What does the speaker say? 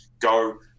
go